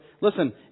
listen